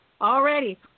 Already